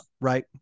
right